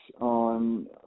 on